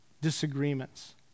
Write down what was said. disagreements